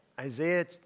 Isaiah